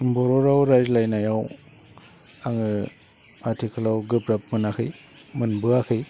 बर' राव राइज्लायनायाव आङो आथिखालाव गोब्राब मोनाखै मोनबोआखै